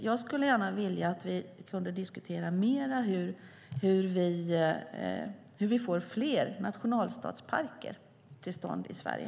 Jag skulle gärna vilja att vi diskuterade hur vi får fler nationalstadsparker i Sverige.